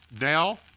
Now